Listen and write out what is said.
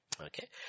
Okay